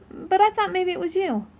but i thought maybe it was you.